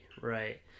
right